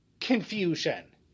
confusion